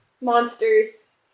monsters